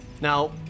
Now